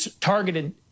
targeted